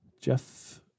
Jeff